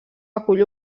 acull